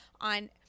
on